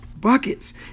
buckets